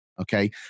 Okay